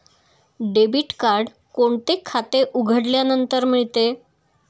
Debit card कोणते खाते उघडल्यानंतर मिळते?